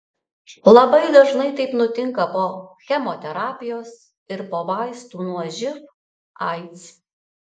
labai dažnai taip nutinka po chemoterapijos ir po vaistų nuo živ aids